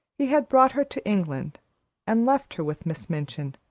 he had brought her to england and left her with miss minchin,